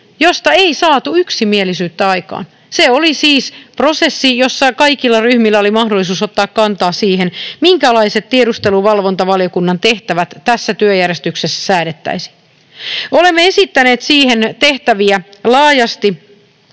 josta ei saatu yksimielisyyttä aikaan. Se oli siis prosessi, jossa kaikilla ryhmillä oli mahdollisuus ottaa kantaa siihen, minkälaiset tiedusteluvalvontavaliokunnan tehtävät tässä työjärjestyksessä säädettäisiin. Olemme esittäneet siihen tehtäviä laajasti